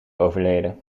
overleden